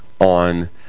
on